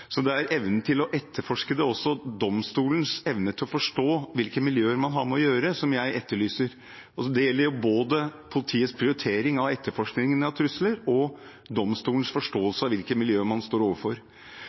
Så det er evnen til å etterforske det, og også domstolens evne til å forstå hvilke miljøer man har med å gjøre, som jeg etterlyser, og det gjelder både politiets prioritering av etterforskningen av trusler og domstolens